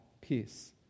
peace